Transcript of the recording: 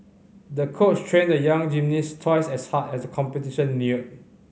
the coach trained the young gymnast twice as hard as the competition neared